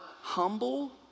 humble